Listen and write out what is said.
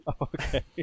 Okay